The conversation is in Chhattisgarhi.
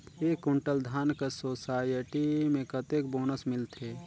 एक कुंटल धान कर सोसायटी मे कतेक बोनस मिलथे?